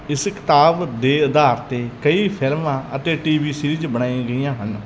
ਇਸ ਕਿਤਾਬ ਦੇ ਆਧਾਰ 'ਤੇ ਕਈ ਫ਼ਿਲਮਾਂ ਅਤੇ ਟੀਵੀ ਸੀਰੀਜ਼ ਬਣਾਈਆਂ ਗਈਆਂ ਹਨ